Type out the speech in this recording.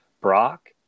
Brock